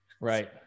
Right